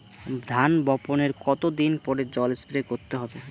ধান বপনের কতদিন পরে জল স্প্রে করতে হবে?